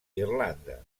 irlanda